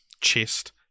chest